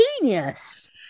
genius